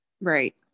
Right